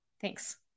Thanks